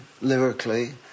lyrically